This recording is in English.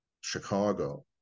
Chicago